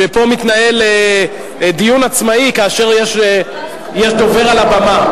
שפה מתנהל דיון עצמאי כאשר יש דובר על הבמה.